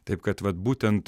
taip kad būtent